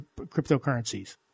cryptocurrencies